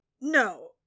no